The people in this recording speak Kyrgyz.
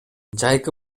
жайкы